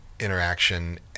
Interaction